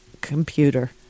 computer